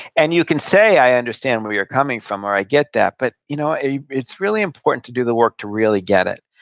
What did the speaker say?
and you can say, i understand where you're coming from. or, i get that. but you know what? it's really important to do the work to really get it,